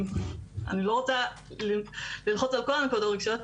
אני לא רוצה ללחוץ על כל הנקודות הרגישות,